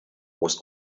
was